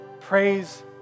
praise